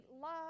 love